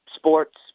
sports